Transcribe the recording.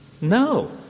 No